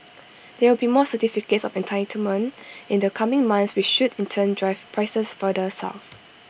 there will be more certificates of entitlement in the coming months which should in turn drive prices further south